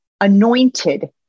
anointed